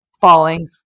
falling